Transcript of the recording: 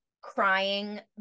crying